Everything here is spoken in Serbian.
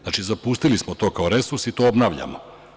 Znači, zapustili smo to kao resurs i to obnavljamo.